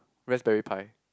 raspberry pie